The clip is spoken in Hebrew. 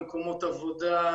למקומות עבודה,